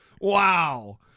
Wow